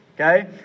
okay